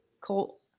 Cool